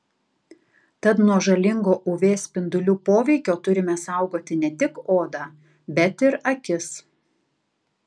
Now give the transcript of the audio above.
tad nuo žalingo uv spindulių poveikio turime saugoti ne tik odą bet ir akis